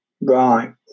Right